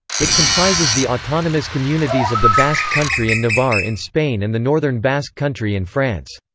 it comprises the autonomous communities of the basque country and navarre in spain and the northern basque country in france.